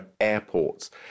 airports